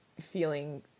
feeling